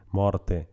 morte